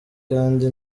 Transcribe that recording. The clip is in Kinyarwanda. kandi